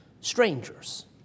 strangers